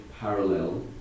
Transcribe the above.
Parallel